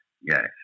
yes